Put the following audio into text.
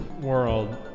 world